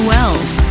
Wells